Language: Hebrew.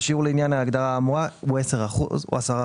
השיעור לעניין ההגדרה האמורה הוא 10 אחוזים.